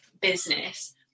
business